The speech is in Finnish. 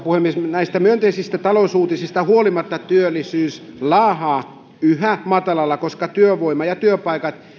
puhemies mutta näistä myönteisistä talousuutisista huolimatta työllisyys laahaa yhä matalalla koska työvoima ja työpaikat